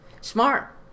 Smart